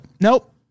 nope